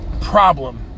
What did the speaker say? problem